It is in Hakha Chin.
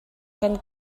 kan